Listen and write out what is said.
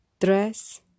Dress